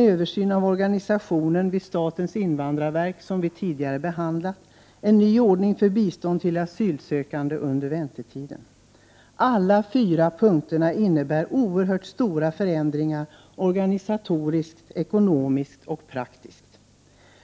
översyn av organisationen vid statens invandrarverk, som vi tidigare har behandlat, och Alla fyra punkterna innebär oerhört stora förändringar organisatoriskt, ekonomiskt och praktiskt.